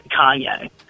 Kanye